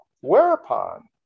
whereupon